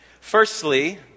Firstly